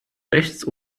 rechts